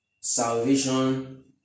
salvation